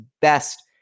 best